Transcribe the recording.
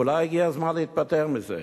אולי הגיע הזמן להיפטר מזה.